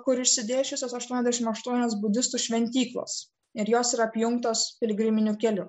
kur išsidėsčiusios aštuoniasdešimt aštuonios budistų šventyklos ir jos yra apjungtos piligriminiu keliu